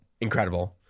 incredible